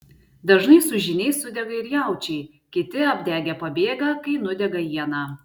dažnai su žyniais sudega ir jaučiai kiti apdegę pabėga kai nudega iena